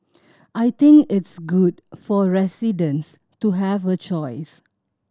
I think it's good for residents to have a choice